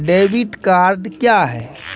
Debit card क्या हैं?